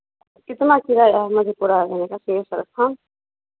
कितना किराया है मधेपुरा जाने का सिंहेश्वर स्थान